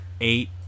eight